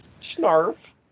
Snarf